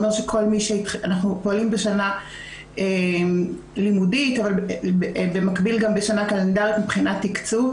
אנחנו פועלים בשנה לימודית אבל במקביל גם בשנה קלנדרית מבחינת תקצוב,